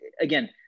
again